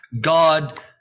God